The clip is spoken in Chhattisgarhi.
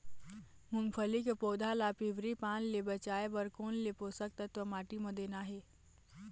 मुंगफली के पौधा ला पिवरी पान ले बचाए बर कोन से पोषक तत्व माटी म देना हे?